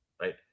right